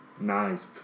Nice